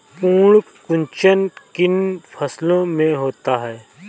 पर्ण कुंचन किन फसलों में होता है?